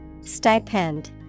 Stipend